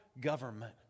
government